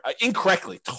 incorrectly